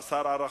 חסר ערכים.